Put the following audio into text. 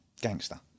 gangster